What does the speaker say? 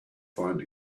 find